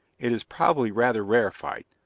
it is probably rather rarified,